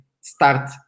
start